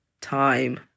time